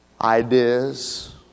Ideas